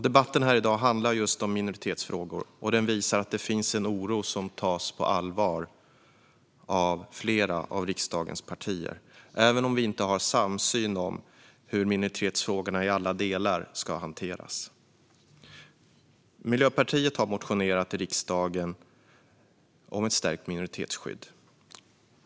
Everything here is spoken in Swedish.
Debatten här i dag om minoritetsfrågor visar att det finns en oro som tas på allvar av flera av riksdagens partier, även om vi inte har samsyn om hur minoritetsfrågorna i alla delar ska hanteras. Miljöpartiet har motionerat i riksdagen om ett stärkt minoritetsskydd.